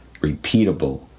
repeatable